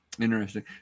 Interesting